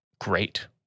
great